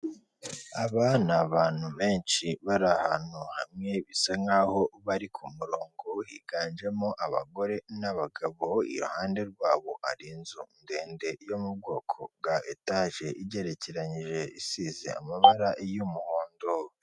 Aba ni abantu benshi bari ahantu hamwe bisa nk'aho bari ku murongo higanjemo abagore n'abagabo iruhande rwabo hari inzu ndende yo mu bwoko bwa etaje igerekeranyije isize amabara y'umuhondo.